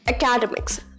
Academics